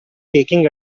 taking